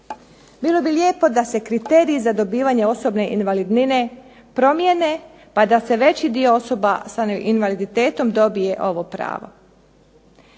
Bilo bi lijepo da se kriteriji za dobivanje osobne invalidnine promjene pa da se veći dio osoba sa invaliditetom dobije ovo pravo.